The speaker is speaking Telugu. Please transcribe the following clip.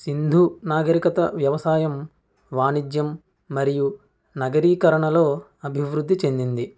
సింధు నాగరికత వ్యవసాయం వాణిజ్యం మరియు నగరీకరణలో అభివృద్ధి చెందింది